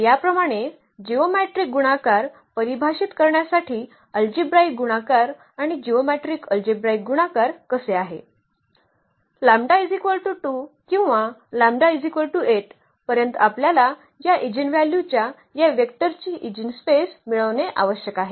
तर याप्रमाणे जिओमेट्रीक गुणाकार परिभाषित करण्यासाठी अल्जेब्राईक गुणाकार आणि जिओमेट्रीक अल्जेब्राईक गुणाकार कसे आहे किंवा पर्यंत आपल्याला या ईजिनव्हल्यूच्या या वेक्टरची ईजिनस्पेस मिळविणे आवश्यक आहे